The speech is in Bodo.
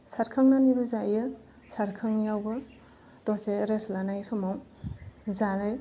सारखांनानैबो जायो सारखाङियावबो दसे रेस्ट लानाय समाव जानाय